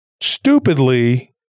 stupidly